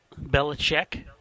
Belichick